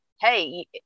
Hey